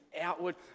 outward